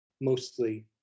mostly